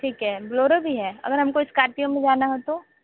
ठीक है बुलेरो भी है अगर हमको स्कार्पियो में जाना हो तो